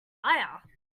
tyre